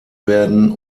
werden